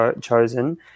chosen